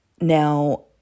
Now